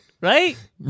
right